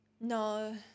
No